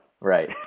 right